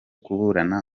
kuburana